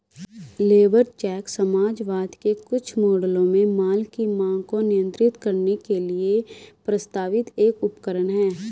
labour cheque समाजवाद के कुछ मॉडलों में माल की मांग को नियंत्रित करने के लिए प्रस्तावित एक उपकरण है